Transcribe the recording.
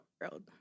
world